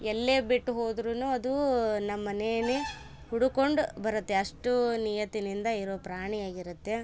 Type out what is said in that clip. ಎಲ್ಲೆ ಬಿಟ್ಟು ಹೋದ್ರು ಅದು ನಮ್ಮನೇನ ಹುಡುಕೊಂಡು ಬರುತ್ತೆ ಅಷ್ಟು ನಿಯತ್ತಿನಿಂದ ಇರೋ ಪ್ರಾಣಿಯಾಗಿರುತ್ತೆ